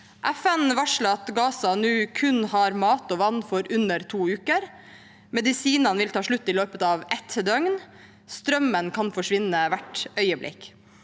FN varsler at Gaza nå kun har mat og vann for under to uker. Medisinene vil ta slutt i løpet av ett døgn. Strømmen kan forsvinne hvert øyeblikk.